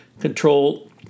Control